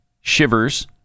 Shivers